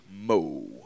mo